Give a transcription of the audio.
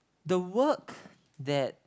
the work that